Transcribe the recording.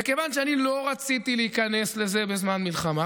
וכיוון שאני לא רציתי להיכנס לזה בזמן מלחמה,